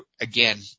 again